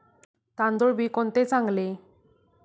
तांदूळ बी कोणते चांगले?